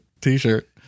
T-shirt